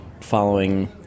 following